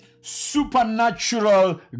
supernatural